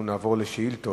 לפני שנעבור לשאילתות,